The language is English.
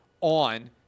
on